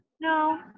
No